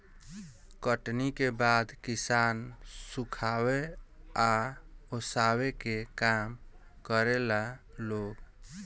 कटनी के बाद किसान सुखावे आ ओसावे के काम करेला लोग